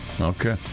Okay